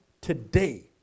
today